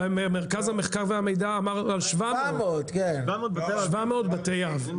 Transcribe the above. מרכז המחקר והמידע אמר 700 בתי אב.